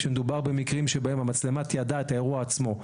כשמדובר במקרים שבהם המצלמה תיעדה את האירוע עצמו,